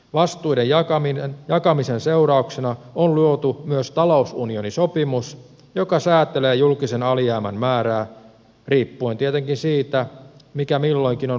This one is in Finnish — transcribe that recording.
vastuiden jakamisen seurauksena on luotu myös talousunionisopimus joka säätelee julkisen alijäämän määrää riippuen tietenkin siitä mikä milloinkin on liittovaltiokehityksen etu